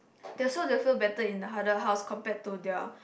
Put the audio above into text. that's so they will feel better in the other house compared to their